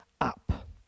up